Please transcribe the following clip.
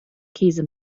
käse